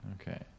Okay